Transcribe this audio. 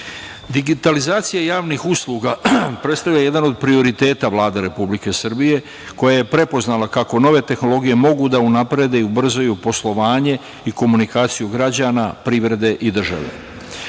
potpisnici. Digitalizacija javnih usluga predstavlja jedan od prioriteta Vlade Republike Srbije koja je prepoznala kako nove tehnologije mogu da unaprede i ubrzaju poslovanje i komunikaciju građana, privrede i